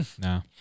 No